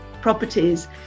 properties